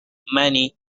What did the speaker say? many